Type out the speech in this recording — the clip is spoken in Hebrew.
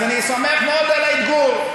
אני שמח מאוד על האתגור.